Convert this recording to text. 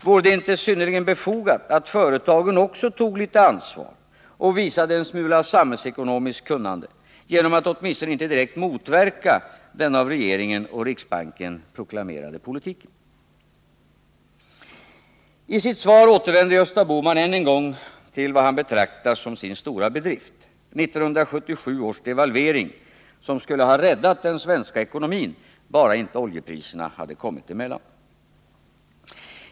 Vore det inte synnerligen befogat att också företagen tog litet ansvar och visade en smula samhällsekonomiskt kunnande genom att åtminstone inte direkt motverka den av regeringen och riksbanken proklamerade politiken? I sitt svar återvänder Gösta Bohman än en gång till vad han betraktar som sin stora bedrift: 1977 års devalvering som skulle ha räddat den svenska ekonomin, om bara inte höjningen av oljepriserna hade kommit emellan.